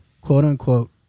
quote-unquote